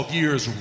years